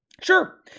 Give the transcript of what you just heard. Sure